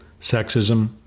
sexism